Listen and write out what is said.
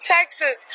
Texas